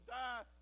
die